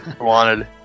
wanted